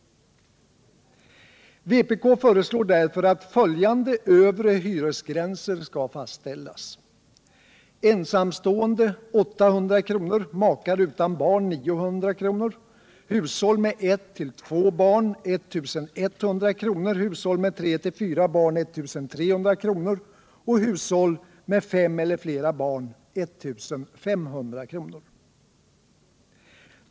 Vpk föreslår därför att följande övre hyresgränser skall fastställas: ensamstående 800 kr., makar utan barn 900 kr., hushåll med 1-2 barn 1 100 kr., hushåll med 3—4 barn 1 300 kr., hushåll med 5 eller flera — Nr 51 barn 1 500 kr.